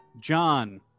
John